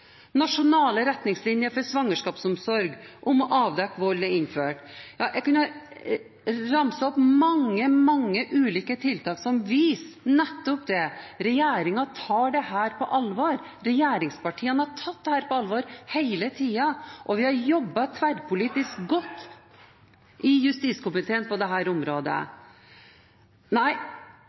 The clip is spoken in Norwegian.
Nasjonale retningslinjer for svangerskapsomsorg, om å avdekke vold, er innført. Jeg kunne ha ramset opp mange, mange ulike tiltak som viser nettopp dette: Regjeringen tar dette på alvor. Regjeringspartiene har tatt dette på alvor hele tiden, og vi har jobbet tverrpolitisk godt i justiskomiteen på dette området. Nei,